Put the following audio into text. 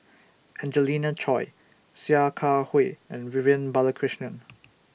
Angelina Choy Sia Kah Hui and Vivian Balakrishnan